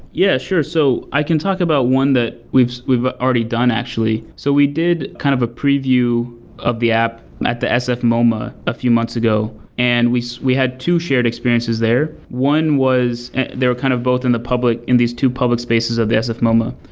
yeah, sure. so i can talk about one that we've we've already done actually. so we did kind of a preview of the app at the sfmoma a few months ago, and we so we had two shared experiences there. one was they're kind of both in the public, in these two public spaces at the sfmoma.